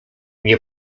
nie